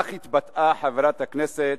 כך התבטאה חברת הכנסת